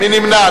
מי נמנע?